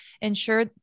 ensure